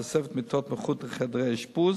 ולתוספת מיטות מחוץ לחדרי האשפוז.